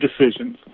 decisions